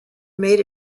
made